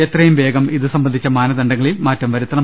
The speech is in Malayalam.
എത്രയും വേഗം ഇതു സംബന്ധിച്ച മാനദണ്ഡങ്ങളിൽ മാറ്റം വരുത്തണം